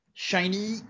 Shiny